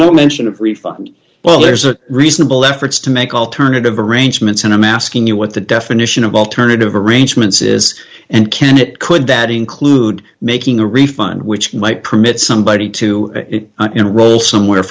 no mention of refund well there's a reasonable efforts to make alternative arrangements and i'm asking you what the definition of alternative arrangements is and can it could that include making a refund which might permit somebody to enroll somewhere